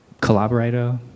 collaborator